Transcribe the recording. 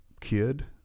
kid